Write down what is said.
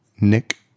Nick